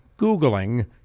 Googling